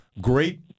great